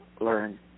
learn